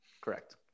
Correct